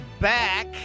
back